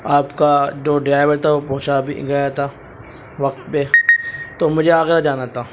آپ کا جو ڈرائیور تھا وہ پہنچا بھی گیا تھا وقت پہ تو مجھے آگرہ جانا تا